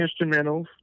instrumentals